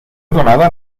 donada